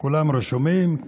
כולם רשומים.